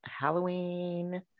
halloween